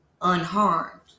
unharmed